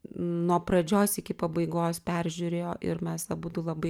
nuo pradžios iki pabaigos peržiūrėjo ir mes abudu labai